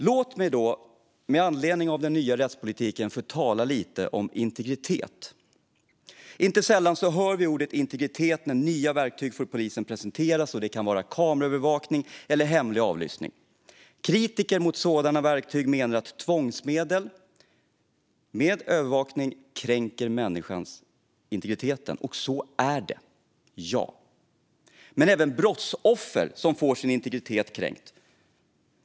Låt mig med anledning av den nya rättspolitiken få tala lite om integritet. Inte sällan hör vi ordet integritet när nya verktyg för polisen presenteras. Det kan vara kameraövervakning eller hemlig avlyssning. Kritiker mot sådana verktyg menar att tvångsmedel och övervakning kränker människors integritet. Ja, så är det. Men även brottsoffer får sin integritet kränkt.